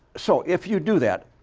so, if you do that,